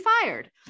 fired